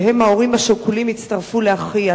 שהם ההורים השכולים, יצטרפו לאחי?